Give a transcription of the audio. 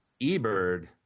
eBird